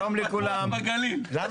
אנחנו ניתן